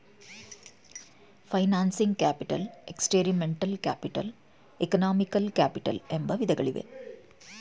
financing capital, experimental capital, economical capital ಎಂಬ ವಿಧಗಳಿವೆ